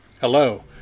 Hello